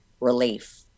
relief